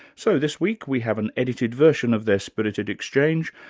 so this week we have an edited version of their spirited exchange,